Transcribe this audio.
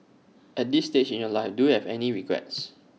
at this stage in your life do you have any regrets